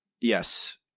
Yes